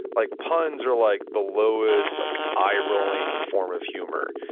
like puns are like the lowest like eye-rolling form of humor.